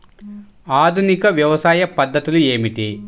ఆధునిక వ్యవసాయ పద్ధతులు ఏమిటి?